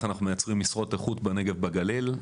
אנחנו מייצרים משרות איכות בנגב ובגליל,